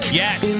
yes